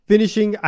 Finishing